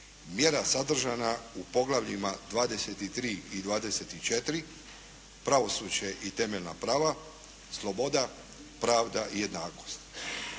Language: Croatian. mjera sadržana u poglavljima XXIII. i XXIV. – Pravosuđe i temeljna prava, sloboda, pravda i jednakost.